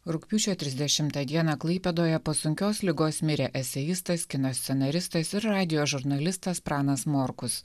rugpjūčio trisdešimtą dieną klaipėdoje po sunkios ligos mirė eseistas kino scenaristas ir radijo žurnalistas pranas morkus